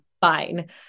fine